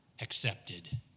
accepted